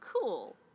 cool